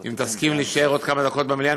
אם תסכים להישאר עוד כמה דקות במליאה,